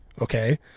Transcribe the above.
Okay